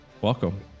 welcome